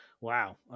Wow